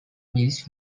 mills